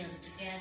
together